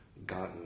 gotten